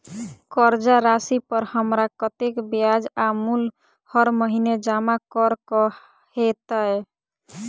कर्जा राशि पर हमरा कत्तेक ब्याज आ मूल हर महीने जमा करऽ कऽ हेतै?